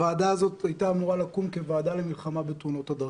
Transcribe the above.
הוועדה הזאת הייתה אמורה לקום כוועדה למלחמה בתאונות הדרכים,